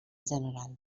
general